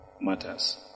matters